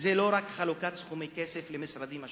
זה לא רק חלוקת סכומי כסף למשרדים השונים.